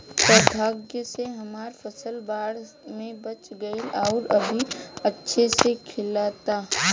सौभाग्य से हमर फसल बाढ़ में बच गइल आउर अभी अच्छा से खिलता